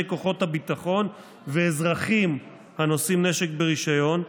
כוחות הביטחון ואזרחים הנושאים נשק ברישיון,